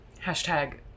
Hashtag